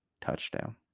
touchdown